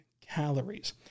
calories